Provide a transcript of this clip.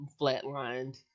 flatlined